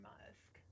Musk